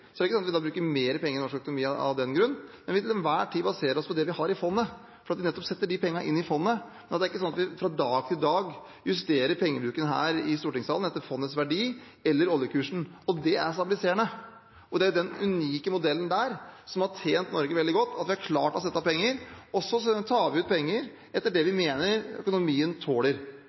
det ikke sånn at vi bruker mer penger i norsk økonomi av den grunn, men vi vil til enhver tid basere oss på det vi har i fondet, nettopp fordi vi setter de pengene inn i fondet. Det er ikke sånn at vi fra dag til dag justerer pengebruken her i stortingssalen etter fondets verdi, eller oljekursen. Det er stabiliserende, det er den unike modellen som har tjent Norge veldig godt, at vi har klart å sette av penger. Og så tar vi ut penger etter det vi mener økonomien tåler,